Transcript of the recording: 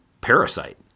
parasite